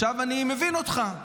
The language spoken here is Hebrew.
אני מבין אותך,